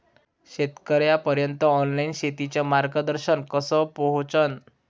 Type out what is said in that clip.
शेतकर्याइपर्यंत ऑनलाईन शेतीचं मार्गदर्शन कस पोहोचन?